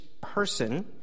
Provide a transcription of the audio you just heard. person